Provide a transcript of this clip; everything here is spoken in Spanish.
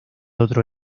otro